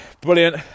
brilliant